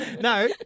No